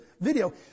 video